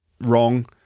wrong